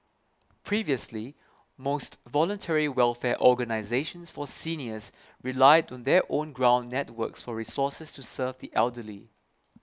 previously most voluntary welfare organisations for seniors relied on their own ground networks for resources to serve the elderly